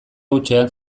hutsean